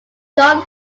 john